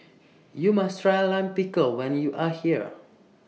YOU must Try Lime Pickle when YOU Are here